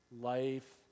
life